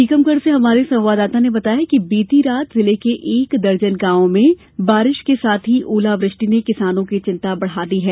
टीकमगढ़ से हमारे संवाददाता ने बताया है कि बीती रात जिले के एक दर्जन गांवों में बारिश के साथ ही औलावृष्टि ने किसानों की चिंता बढ़ा दी है